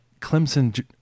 Clemson